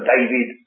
David